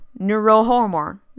Neurohormone